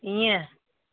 इअं